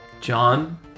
John